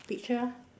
picture ah